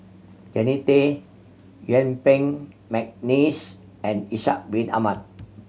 Jannie Tay Yuen Peng McNeice and Ishak Bin Ahmad